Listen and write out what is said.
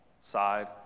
side